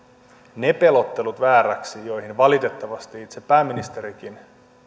ne pelottelut vääräksi joihin valitettavasti itse pääministerikin